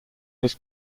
his